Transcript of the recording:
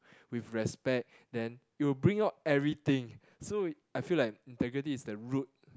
with respect then it will bring out everything so I~ I feel like integrity is the root